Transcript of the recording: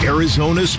Arizona